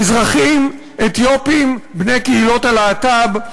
מזרחים, אתיופים, בני קהילות הלהט"ב.